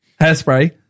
hairspray